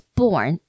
born